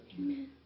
Amen